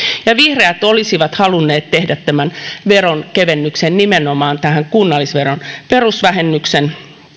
vihreät olisivat halunneet tehdä tämän veronkevennyksen nimenomaan tähän kunnallisveron perusvähennyksen